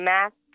Math